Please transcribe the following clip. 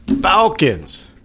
falcons